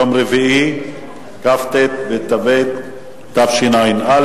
יום רביעי, כ"ט בטבת התשע"א,